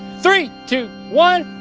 three, two, one.